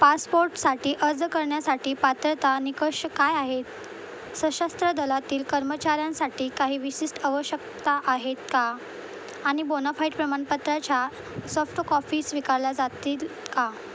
पासपोटसाठी अर्ज करण्यासाठी पात्रता निकष काय आहेत सशस्त्र दलातील कर्मचाऱ्यांसाठी काही विशिष्ट आवश्यकता आहेत का आणि बोनाफाईट प्रमाणपत्राच्या सॉफ्टकॉफी स्वीकारल्या जातील का